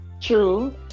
true